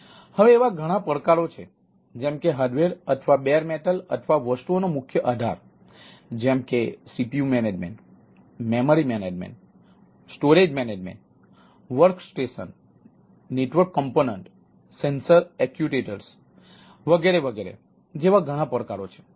હવે એવા ઘણા પડકારો છે જેમ કે હાર્ડવેર અથવા બેર મેટલ અથવા વસ્તુઓનો મુખ્ય આધાર વગેરે વગેરે જેવા ઘણા પડકારો છે